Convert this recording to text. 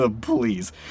Please